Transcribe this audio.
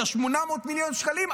את ה-800 מיליון שקלים,